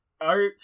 art